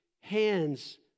hands